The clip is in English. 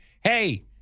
Hey